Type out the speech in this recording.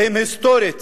והם היסטורית